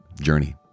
journey